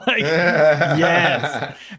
yes